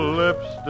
lips